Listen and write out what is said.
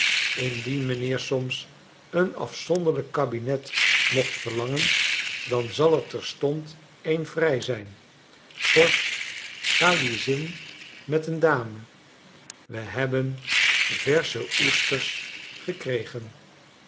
indien mijnheer soms een afzonderlijk kabinet mocht verlangen dan zal er terstond een vrij zijn vorst galizin met een dame wij hebben versche oesters gekregen